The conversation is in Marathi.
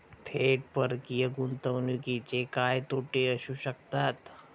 थेट परकीय गुंतवणुकीचे काय तोटे असू शकतात?